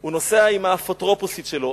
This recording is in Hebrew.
הוא נוסע עם האפוטרופוסית שלו,